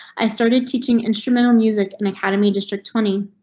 i started teaching instrumental music and academy district twenty.